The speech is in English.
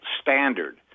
standard